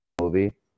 movie